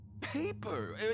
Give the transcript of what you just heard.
paper